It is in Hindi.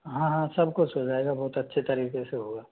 हाँ हाँ सब कुछ हो जाएगा वो तो अच्छे तरीके से होगा